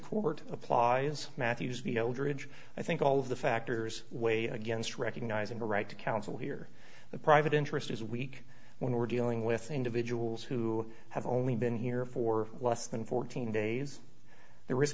court applies matthews the old ridge i think all of the factors weigh against recognizing the right to counsel here the private interest is weak when we're dealing with individuals who have only been here for less than fourteen days the risk